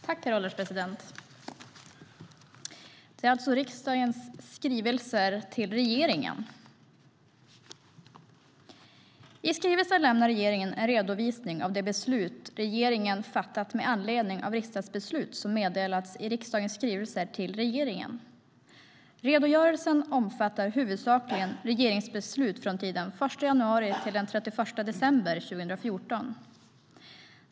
Herr ålderspresident! Skrivelsen handlar alltså om riksdagens skrivelser till regeringen. I skrivelsen lämnar regeringen en redovisning av de beslut regeringen har fattat med anledning av riksdagsbeslut som meddelats i riksdagens skrivelser till regeringen. Redogörelsen omfattar huvudsakligen regeringsbeslut från tiden 1 januari-31 december 2014.